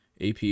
AP